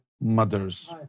mothers